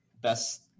best